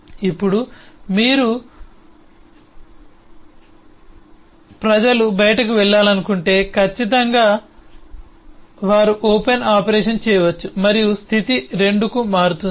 ఇప్పుడు మీరు ప్రజలు బయటకు వెళ్లాలనుకుంటే ఖచ్చితంగా వారు ఓపెన్ ఆపరేషన్ చేయవచ్చు మరియు స్థితి 2 కి మారుతుంది